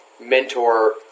mentor